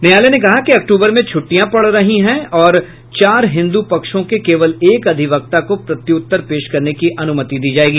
न्यायालय ने कहा कि अक्तूबर में छुट्टियां पड़ रही हैं और चार हिन्दू पक्षों के केवल एक अधिवक्ता को प्रत्युत्तर पेश करने की अनुमति दी जाएगी